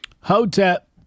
Hotep